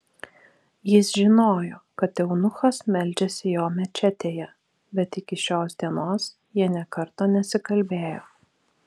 jis žinojo kad eunuchas meldžiasi jo mečetėje bet iki šios dienos jie nė karto nesikalbėjo